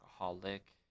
alcoholic